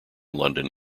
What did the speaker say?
london